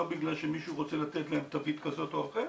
לא בגלל שמישהו רוצה לתת להם תוויית כזאת או אחרת,